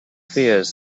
fears